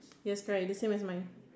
yes correct the same as mine